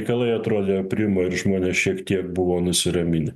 reikalai atrodė aprimo ir žmonės šiek tiek buvo nusiraminę